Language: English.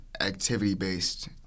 activity-based